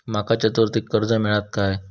माका चतुर्थीक कर्ज मेळात काय?